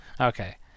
Okay